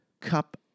cup